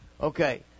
okay